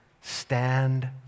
Stand